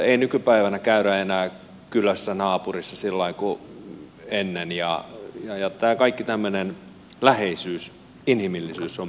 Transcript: ei nykypäivänä käydä enää kylässä naapurissa sillä lailla kuin ennen ja kaikki tämmöinen läheisyys inhimillisyys on pienentynyt